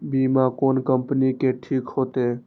बीमा कोन कम्पनी के ठीक होते?